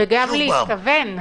וגם להכין תכנית.